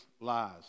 lies